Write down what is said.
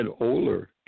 older